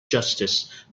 justice